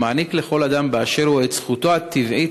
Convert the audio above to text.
המעניק לכל אדם באשר הוא את זכותו הטבעית